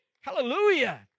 Hallelujah